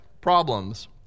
problems